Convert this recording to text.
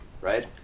right